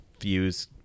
views